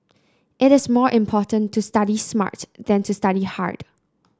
it is more important to study smart than to study hard